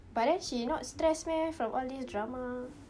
but then she not stress meh from all these drama